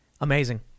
amazing